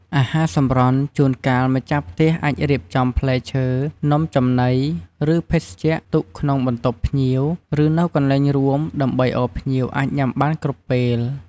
អាហារសម្រន់ ជួនកាល ម្ចាស់ផ្ទះអាចរៀបចំផ្លែឈើ នំចំណី ឬភេសជ្ជៈទុកក្នុងបន្ទប់ភ្ញៀវ ឬនៅកន្លែងរួម ដើម្បីឱ្យភ្ញៀវអាចញ៉ាំបានគ្រប់ពេល។